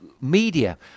Media